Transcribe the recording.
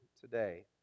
today